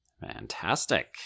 Fantastic